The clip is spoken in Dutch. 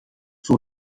voor